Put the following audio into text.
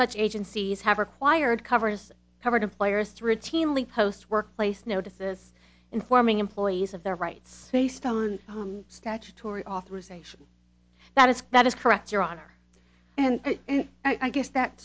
such agencies have acquired covers covered of lawyers to routinely post workplace notices informing employees of their rights based on statutory authorization that is that is correct your honor and i guess that